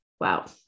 Wow